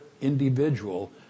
individual